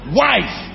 wife